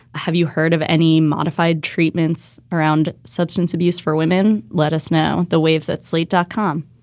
have you heard of any modified treatments around substance abuse for women? let us now. the waves at slate dot com.